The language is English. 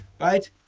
right